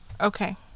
Okay